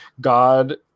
God